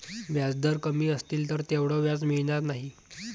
व्याजदर कमी असतील तर तेवढं व्याज मिळणार नाही